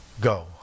go